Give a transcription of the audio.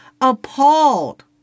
appalled